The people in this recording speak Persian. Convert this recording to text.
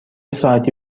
ساعتی